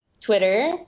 Twitter